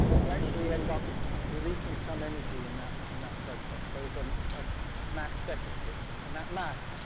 you actually end up releasing some energy in that in that process. there is a ah um mass deficit and that mass,